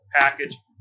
package